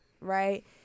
right